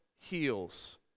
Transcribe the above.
heals